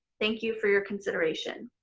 thank you for your consideration.